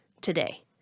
today